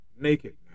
Naked